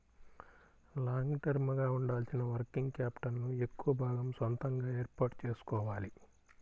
long term గా ఉండాల్సిన working capital ను ఎక్కువ భాగం సొంతగా ఏర్పాటు చేసుకోవాలి